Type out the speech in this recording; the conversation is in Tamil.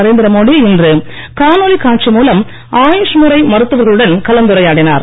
நரேந்திர மோடி இன்று காணொலி காட்சி மூலம் ஆயுஷ் முறை மருத்துவர்களுடன் கலந்தரையாடினார்